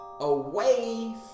away